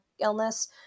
illness